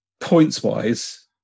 points-wise